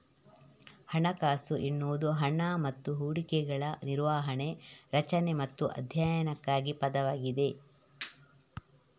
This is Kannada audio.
ಹಣಕಾಸು ಎನ್ನುವುದು ಹಣ ಮತ್ತು ಹೂಡಿಕೆಗಳ ನಿರ್ವಹಣೆ, ರಚನೆ ಮತ್ತು ಅಧ್ಯಯನಕ್ಕಾಗಿ ಪದವಾಗಿದೆ